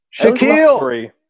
Shaquille